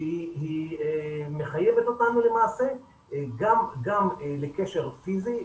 שהיא מחייבת אותנו למעשה גם לקשר פיזי,